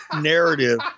narrative